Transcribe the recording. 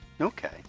Okay